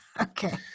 Okay